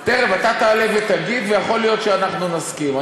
אתה עלה ותגיד, ויכול להיות שאנחנו נסכים.